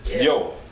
Yo